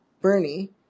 Bernie